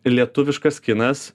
lietuviškas kinas